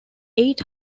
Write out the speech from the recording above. eight